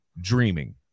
dreaming